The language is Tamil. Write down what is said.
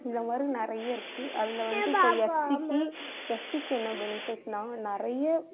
இந்த மாதிரி நிறைய இருக்கு அதில் வந்து இப்போ எஸ்சிக்கு எஸ்சிக்கு என்ன பெனிஃபிட்னா நிறைய